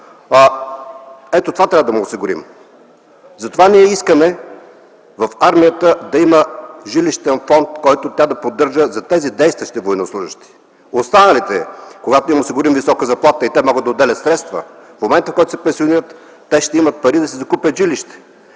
нищо. Това трябва да му осигурим! Затова искаме в армията да има жилищен фонд, който тя да поддържа за действащите военнослужещи. Останалите, когато им осигурим висока заплата и те могат да отделят средства, в момента, в който се пенсионират, ще имат пари да си закупят жилище,